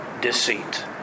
deceit